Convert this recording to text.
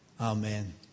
Amen